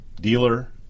dealer